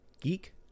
Geek